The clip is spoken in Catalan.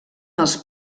els